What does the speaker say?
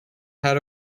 how